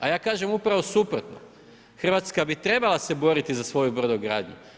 A ja kažem upravo suprotno, Hrvatska bi trebala se boriti za svoju brodogradnju.